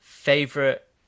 Favorite